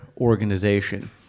organization